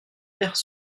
vers